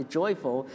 joyful